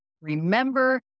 Remember